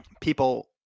people